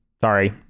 sorry